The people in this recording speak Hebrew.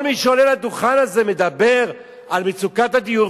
שכל מי שעולה לדוכן הזה מדבר על מצוקת הדיור,